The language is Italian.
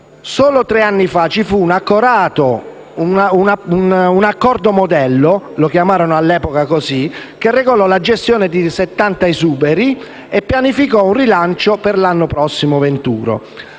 Solo tre anni fa vi fu un accordo modello - lo chiamarono così all'epoca - che regolò la gestione di 70 esuberi e pianificò un rilancio per l'anno successivo.